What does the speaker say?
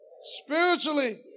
Spiritually